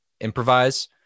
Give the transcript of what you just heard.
improvise